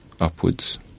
upwards